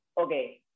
okay